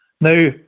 Now